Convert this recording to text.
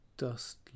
Dust